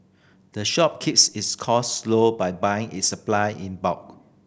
the shop keeps its cost low by buying its supply in bulk